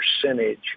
percentage